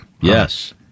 Yes